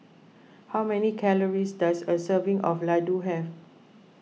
how many calories does a serving of Ladoo have